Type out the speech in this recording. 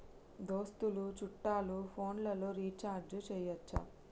దోస్తులు చుట్టాలు ఫోన్లలో రీఛార్జి చేయచ్చా?